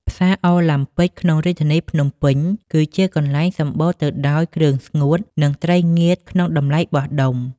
ផ្សារអូឡាំពិកក្នុងរាជធានីភ្នំពេញ គឺជាកន្លែងសម្បូរទៅដោយគ្រឿងស្ងួត និងត្រីងៀតក្នុងតម្លៃបោះដុំ។